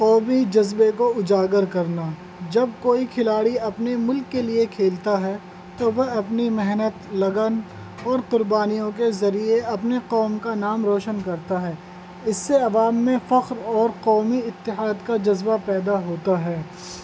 قومی جذبے کو اجاگر کرنا جب کوئی کھلاڑی اپنے ملک کے لیے کھیلتا ہے تو وہ اپنی محنت لگن اور قربانیوں کے ذریعے اپنے قوم کا نام روشن کرتا ہے اس سے عوام میں فخر اور قومی اتحاد کا جذبہ پیدا ہوتا ہے